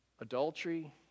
Adultery